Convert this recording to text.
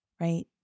right